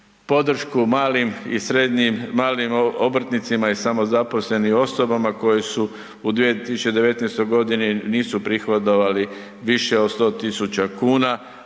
Podršku malim i srednjim, malim obrtnicima i samozaposlenim osobama koje su u 2019.g. nisu prihodovali više od 100.000,00